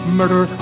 murder